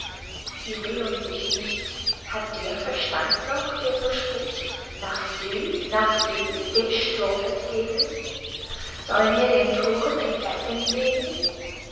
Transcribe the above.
sie rühren sich nicht hat der verstand noch der so spricht nach süd nach süden dem sturm entgegen soll'n wir den thoren in fesseln legen